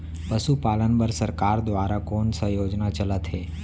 पशुपालन बर सरकार दुवारा कोन स योजना चलत हे?